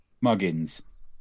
muggins